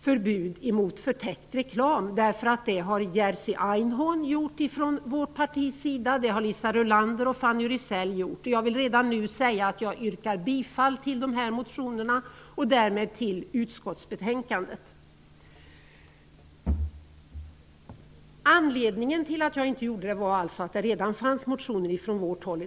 förbud mot förtäckt reklam, därför att det har Jerzy Einhorn gjort från vårt partis sida, och det har Liisa Rulander och Fanny Rizell gjort, och jag vill redan nu säga att jag yrkar bifall till de motionerna och därmed till utskottets hemställan. Anledningen till att jag inte motionerat om den saken var alltså att det redan fanns motioner från vårt håll.